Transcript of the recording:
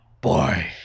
boy